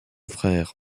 frère